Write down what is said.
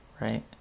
Right